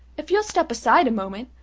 if you'll step aside a moment,